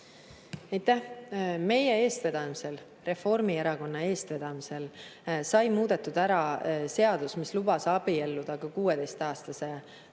Meie eestvedamisel, Reformierakonna eestvedamisel sai muudetud ära seadus, mis lubas abielluda ka 16-aastase inimesega.